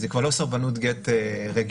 זו כבר לא סרבנות גט רגילה,